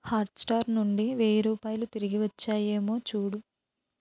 Hotstar నుండి వెయ్యి రూపాయలు తిరిగివచ్చాయేమో చూడు